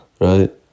right